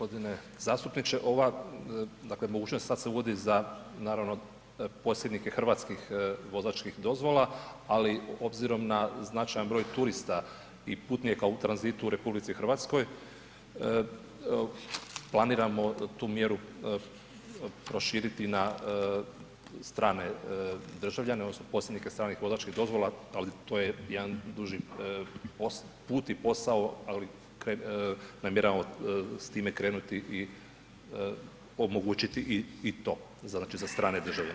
Poštovani g. zastupniče, ova, dakle, mogućnost sad se uvodi za, naravno, posjednike hrvatskih vozačkih dozvola, ali obzirom na značajan broj turista i putnika u tranzitu u RH planiramo tu mjeru proširiti na strane državljane odnosno posjednike stranih vozačkih dozvola, ali to je jedan duži put i posao, ali namjeravamo s time krenuti i omogućiti i to, znači, za strane državljane.